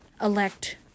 elect